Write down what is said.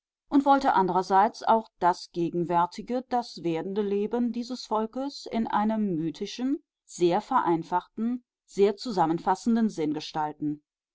und wollte andrerseits auch das gegenwärtige das werdende leben dieses volkes in einem mythischen sehr vereinfachten sehr zusammenfassenden